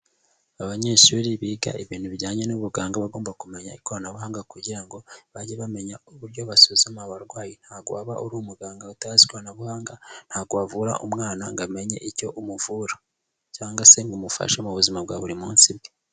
Abanyeshuri biga ibintu bijyanye n'ubuganga, bagomba kumenya ikoranabuhanga kugira ngo bajye bamenya uburyo basuzuma abarwayi, ntabwo waba uri umuganga utazi ikoranabuhanga, ntabwo wavura umwana ngo amenye icyo umuvura cyangwa se ngo umufashe mu buzima bwa buri munsi bwe.